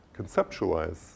conceptualize